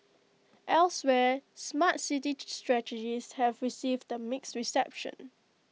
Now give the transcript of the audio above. elsewhere Smart City strategies have received A mixed reception